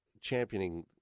championing